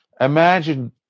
Imagine